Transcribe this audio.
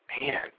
man